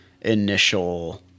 initial